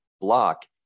block